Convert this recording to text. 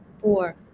four